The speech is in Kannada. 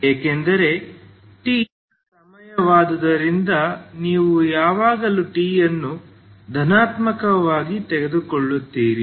ಏಕೆಂದರೆ t ಸಮಯವಾದುದರಿಂದ ನೀವು ಯಾವಾಗಲೂ t ಅನ್ನು ಧನಾತ್ಮಕವಾಗಿ ತೆಗೆದುಕೊಳ್ಳುತ್ತೀರಿ